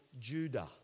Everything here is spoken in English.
Judah